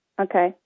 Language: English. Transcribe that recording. Okay